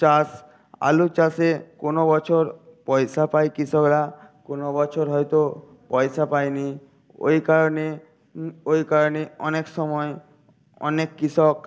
চাষ আলু চাষে কোনো বছর পয়সা পায় কৃষকরা কোনো বছর হয়তো পয়সা পায়নি ওই কারণে ই কারণে অনেক সময় অনেক কৃষক